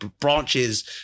branches